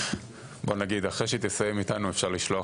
בוא נגיד אחרי שהיא תסיים איתנו אפשר לשלוח